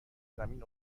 زمین